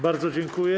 Bardzo dziękuję.